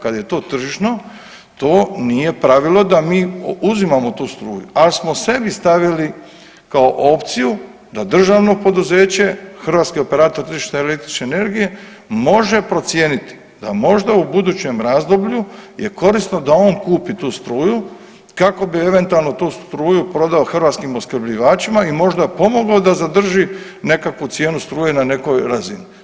Kad je to tržišno to nije pravilo da mi uzimamo tu struju, ali smo sebi stavili kao opciju da državno poduzeće Hrvatski operator električne energije može procijeniti da možda u budućem razdoblju je korisno da on kupi tu struju kako bi eventualno tu struju prodao Hrvatskim opskrbljivačima i možda pomoglo da zadrži nekakvu cijenu struje na nekoj razni.